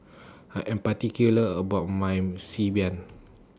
I Am particular about My Xi Ban